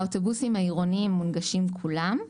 האוטובוסים העירוניים מונגשים כולם.